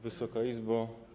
Wysoka Izbo!